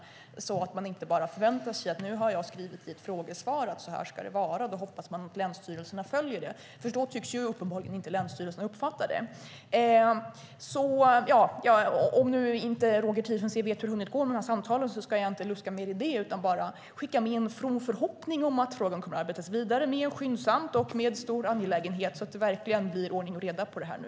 Man kan kanske inte bara kan skriva det i ett frågesvar och hoppas att länsstyrelserna följer det, för så tycks ju uppenbarligen inte länsstyrelserna uppfatta det. Om inte Roger Tiefensee vet hur har det har gått med de här samtalen ska jag inte luska mer i det utan bara skicka med en from förhoppning om att man skyndsamt kommer att arbeta vidare med denna angelägna fråga så att det verkligen blir ordning och reda nu.